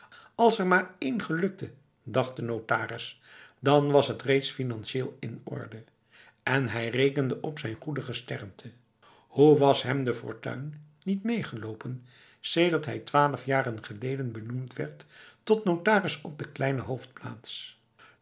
als er maar één gelukte dacht de notaris dan was het reeds financieel in orde en hij rekende op zijn goed gesternte hoe was hem de fortuin niet meegelopen sedert hij twaalf jaren geleden benoemd werd tot notaris op de kleine